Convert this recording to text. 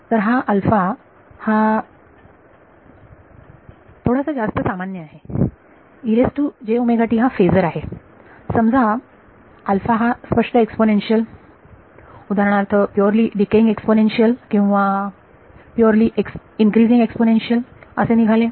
तर हा हा हा थोडासा जास्त सामान्य आहे हा फेजर आहे समजा हा स्पष्ट एक्सपोनेन्शियल उदाहरणार्थ प्युअरलि डिकेइंग एक्सपोनेन्शियलकिंवा प्युअरलि इंक्रिसिंग एक्सपोनेन्शियल असे निघाले